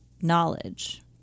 knowledge